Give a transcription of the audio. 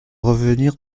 revenir